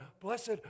blessed